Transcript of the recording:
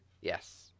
Yes